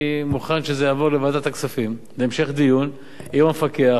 אני מוכן שזה יעבור לוועדת הכספים להמשך דיון עם המפקח.